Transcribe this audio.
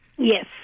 Yes